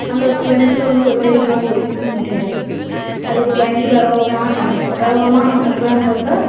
அந்த பெண்பிள்ளை வந்து ஒத்தையில் போக முடியுமா முடியாது அதுக்கு பயந்து வேகவேகமாக நடப்பாள் வேகவேகமாக நடக்கலான்னு பார்த்தா